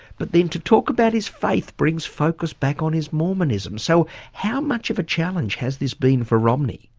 but then to talk about his faith brings focus back on his mormonism. so how much of a challenge has this been for romney?